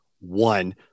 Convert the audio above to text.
one